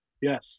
Yes